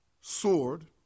sword